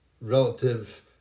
relative